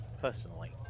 personally